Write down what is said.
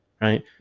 right